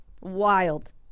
Wild